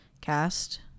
cast